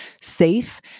safe